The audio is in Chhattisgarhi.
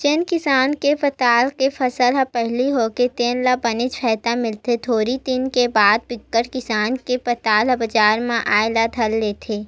जेन किसान के पताल के फसल ह पहिली होगे तेन ल बनेच फायदा मिलथे थोकिन दिन बाद बिकट किसान के पताल ह बजार म आए ल धर लेथे